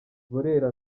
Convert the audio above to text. burera